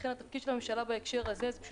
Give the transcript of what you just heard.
לכן התפקיד שלנו שעלה בהקשר הזה זה פשוט